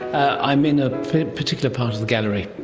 i'm in a particular part of the gallery,